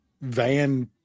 Van